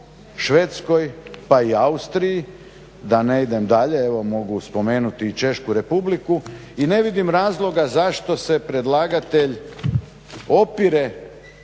Švedskoj pa i Austriji da ne idem dalje, evo mogu spomenuti i Češku Republiku. I ne vidim razloga zašto se predlagatelj opire